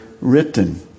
written